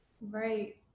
right